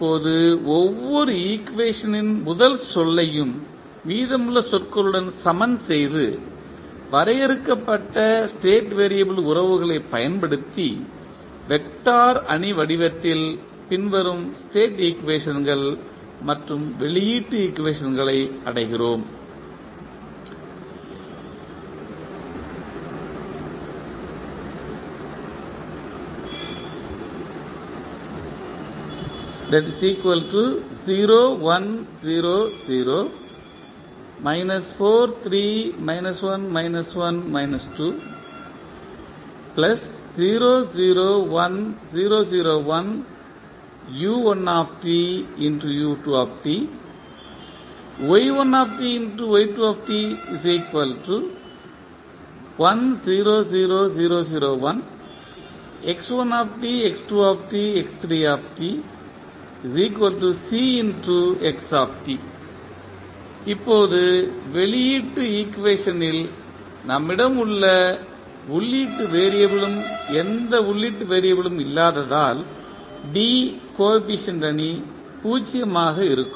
இப்போது ஒவ்வொரு ஈக்குவேஷனின் முதல் சொல்லையும் மீதமுள்ள சொற்களுடன் சமன் செய்து வரையறுக்கப்பட்ட ஸ்டேட் வெறியபிள் உறவுகளைப் பயன்படுத்தி அணி வடிவத்தில் பின்வரும் ஸ்டேட் ஈக்குவேஷன்கள் மற்றும் வெளியீட்டு ஈக்குவேஷன்களை அடைகிறோம் இப்போது வெளியீட்டு ஈக்குவேஷனில் நம்மிடம் எந்த உள்ளீட்டு வெறியபிளும் இல்லாததால் D கோஎபிசியன்ட் அணி 0 ஆக இருக்கும்